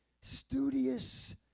studious